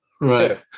Right